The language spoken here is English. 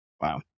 Wow